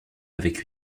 avec